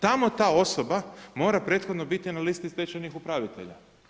Tamo ta osoba mora prethodno biti na listi stečajnih upravitelja.